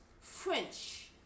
French